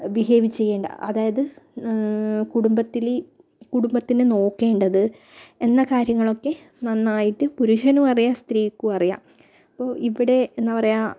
behave ചെയ്യേണ്ടത് അതായത് കുടുംബത്തിൽ കുടുംബത്തിനെ നോക്കേണ്ടത് എന്ന കാര്യങ്ങളൊക്കെ നന്നായിട്ട് പുരുഷനും അറിയാം സ്ത്രീക്കും അറിയാം അപ്പോൾ ഇവിടെ എന്താണ് പറയുക